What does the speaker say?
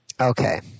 Okay